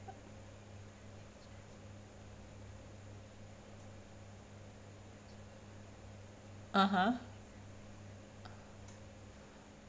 (uh huh)